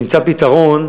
נמצא פתרון,